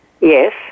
yes